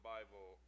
Bible